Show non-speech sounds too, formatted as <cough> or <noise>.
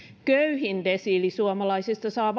köyhin desiili suomalaisista saa <unintelligible>